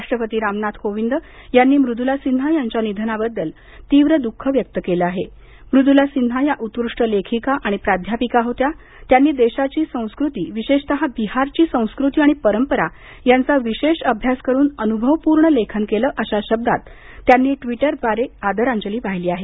राष्ट्रपती रामनाथ कोविंद यांनी मृदुला सिन्हा यांच्या निधनाबद्दल तीव्र दु ख व्यक्त केलं असून मृदुला सिन्हा या उत्कृष्ट लेखिका आणि प्राध्यापिका होत्या त्यांनी देशाची संस्कृती विशेषतः बिहारची संस्कृती आणि परंपरा यांचा विशेष अभ्यास करून अनुभवपूर्ण लेखन केलं होतं अशा शब्दात ट्विटर संदेशाद्वारे आदरांजली वाहिली आहे